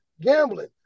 gambling